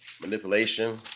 manipulation